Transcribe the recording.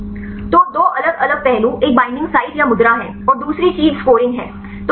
तो दो अलग अलग पहलू एक बईंडिंग साइट या मुद्रा है और दूसरी चीज स्कोरिंग है